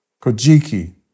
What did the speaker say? Kojiki